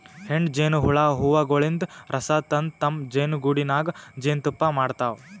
ಹೆಣ್ಣ್ ಜೇನಹುಳ ಹೂವಗೊಳಿನ್ದ್ ರಸ ತಂದ್ ತಮ್ಮ್ ಜೇನಿಗೂಡಿನಾಗ್ ಜೇನ್ತುಪ್ಪಾ ಮಾಡ್ತಾವ್